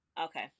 Okay